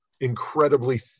incredibly